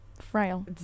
frail